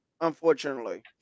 unfortunately